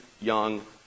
young